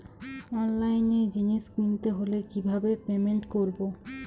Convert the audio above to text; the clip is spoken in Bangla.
অনলাইনে জিনিস কিনতে হলে কিভাবে পেমেন্ট করবো?